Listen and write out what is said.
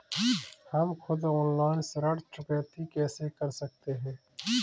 हम खुद ऑनलाइन ऋण चुकौती कैसे कर सकते हैं?